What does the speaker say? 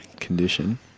condition